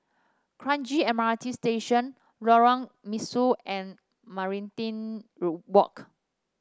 Kranji M R T Station Lorong Mesu and Walk